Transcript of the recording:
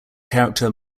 character